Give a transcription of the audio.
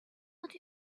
what